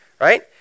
right